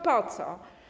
Po co?